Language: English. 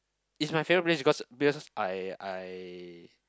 is my favourite place because because I I